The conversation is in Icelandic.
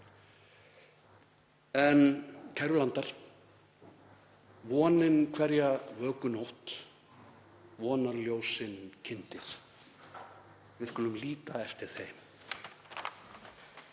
Kæru landar. Vonin hverja vökunótt vonarljósin kyndir. Við skulum líta eftir þeim.